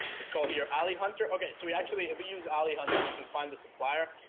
it's called here ally hunter. okay, so we actually if we use ally hunter you can find the supplier.